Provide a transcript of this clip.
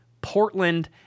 Portland